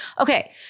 okay